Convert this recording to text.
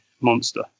monster